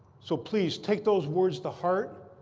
so please take those words to heart.